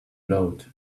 glowed